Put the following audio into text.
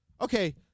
okay